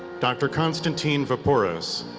dr. constantine vaporis,